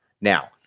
now